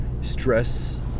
stress